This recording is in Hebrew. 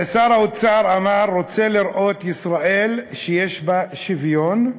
שר האוצר אמר: אני רוצה לראות ישראל שיש בה שוויון,